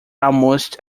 almost